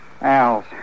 Al's